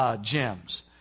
gems